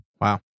wow